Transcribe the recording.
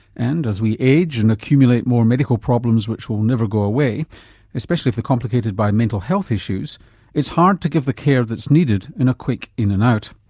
and as we age and accumulate more medical problems which will never go away especially if they're complicated by mental health issues it's hard to give the care that's needed in a quick in and out.